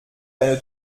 eine